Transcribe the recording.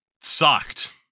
sucked